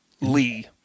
Lee